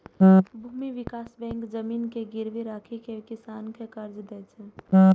भूमि विकास बैंक जमीन के गिरवी राखि कें किसान कें कर्ज दै छै